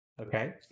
Okay